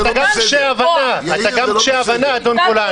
אתה גם קשה הבנה, אדון גולן.